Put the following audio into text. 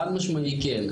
חד משמעית כן.